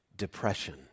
depression